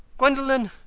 gwendolen,